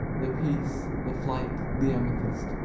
the peace, the flight, the amethyst,